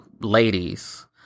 ladies